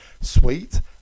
sweet